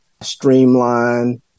streamline